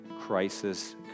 crisis